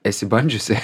esi bandžiusi